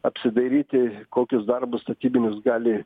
apsidairyti kokius darbus statybinius gali